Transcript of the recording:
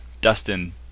dustin